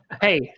Hey